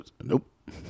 Nope